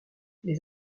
les